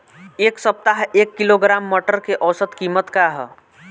एक सप्ताह एक किलोग्राम मटर के औसत कीमत का ह?